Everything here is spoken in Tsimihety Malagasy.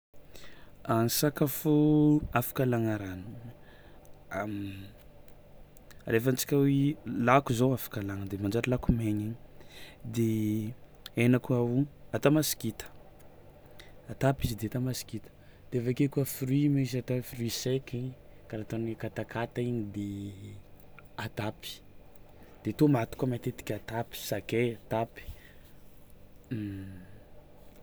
A ny sakafo afaka alàgna rano rehefa antsika ho i- lako zao afaka alàgna de manjary lako maigny de hena koa o atao masikita, atapy izy de atao masikita de avy ake koa fruit misy atao hoe fruit sec karaha toy ny katakata igny de atapy de tômaty koa matetiky atapy, sakay atapy.